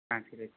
ஆ சரி வச்சுட்றேன்